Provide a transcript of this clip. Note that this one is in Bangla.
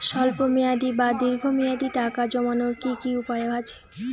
স্বল্প মেয়াদি বা দীর্ঘ মেয়াদি টাকা জমানোর কি কি উপায় আছে?